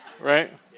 Right